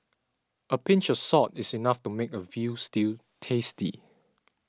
a pinch of salt is enough to make a Veal Stew tasty